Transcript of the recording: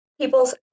people's